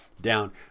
down